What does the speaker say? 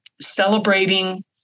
Celebrating